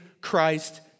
Christ